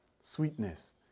sweetness